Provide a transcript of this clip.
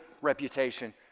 reputation